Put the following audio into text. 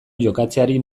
jokatzeari